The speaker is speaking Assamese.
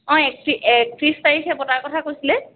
অঁ একতি একত্ৰিছ তাৰিখে পতাৰ কথা কৈছিলে